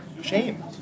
shame